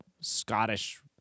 Scottish